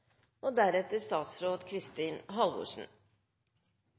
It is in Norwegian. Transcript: og deretter